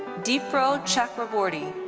dipro chakraborty.